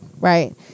right